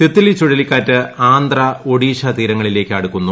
തിത്ലി ചുഴലിക്കാറ്റ് ആന്ധ്ര ഒഡീഷാ തീരങ്ങളിലേക്ക് അടുക്കുന്നു